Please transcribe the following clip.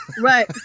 Right